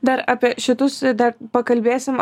dar apie šitus dar pakalbėsim